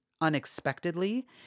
unexpectedly